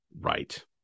Right